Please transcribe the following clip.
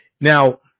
Now